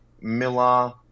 Miller